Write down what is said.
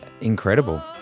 incredible